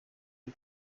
iyo